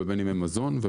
מזון,